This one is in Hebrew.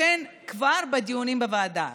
לכן כבר בדיונים בוועדה,